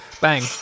bang